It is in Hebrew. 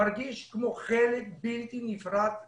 מרגיש כחלק בלתי נפרד מהעם,